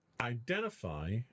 Identify